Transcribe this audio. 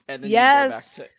Yes